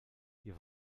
die